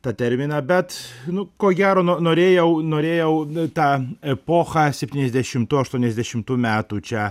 tą terminą bet nu ko gero no norėjau norėjau tą epochą septyniasdešimtų aštuoniasdešimtų metų čia